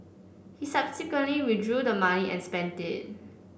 he subsequently withdrew the money and spent it